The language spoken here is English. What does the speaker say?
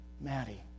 Maddie